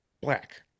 Black